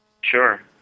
Sure